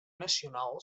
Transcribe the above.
nacional